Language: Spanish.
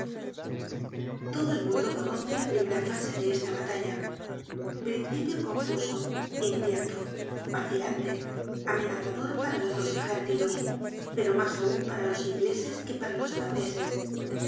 todo el mundo conoce la primera fase de esta batalla principio confuso incierto vacilante amenazador para los dos ejércitos pero mas aun para los ingleses que para los franceses